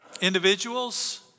individuals